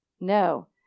No